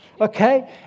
Okay